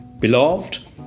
Beloved